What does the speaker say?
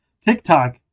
tiktok